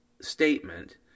statement